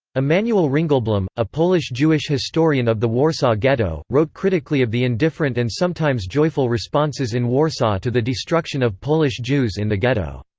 emanuel ringelblum, a polish-jewish historian of the warsaw ghetto, wrote critically of the indifferent and sometimes joyful responses in warsaw to the destruction of polish jews in the ghetto.